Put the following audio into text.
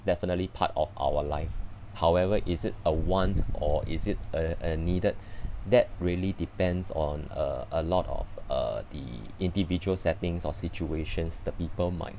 definitely part of our life however is it a want or is it uh uh needed that really depends on uh a lot of uh the individual settings or situations the people might